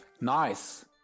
Nice